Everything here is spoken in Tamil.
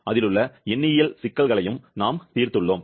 அதிலுள்ள எண்ணியல் சிக்கல்களையும் நாம் தீர்த்துள்ளோம்